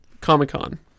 Comic-Con